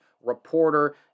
reporter